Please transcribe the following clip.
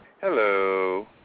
Hello